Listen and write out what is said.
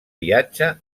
viatge